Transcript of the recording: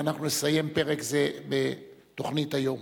ואנחנו נסיים פרק זה בתוכנית היום.